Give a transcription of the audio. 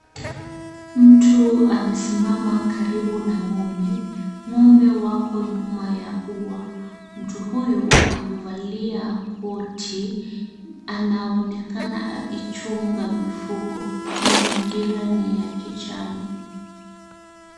Mtu amesimama karibu na ngombe, ngombe wako nyuma ya uwa, mtu huyu amevalia koti anaonekana akichunga mifugo, mazingira ni ya kijani.